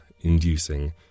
inducing